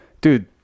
dude